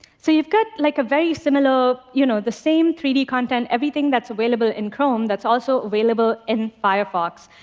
so you've got like a very similar you know the same three d content, everything that's available in chrome that's also available in firefox.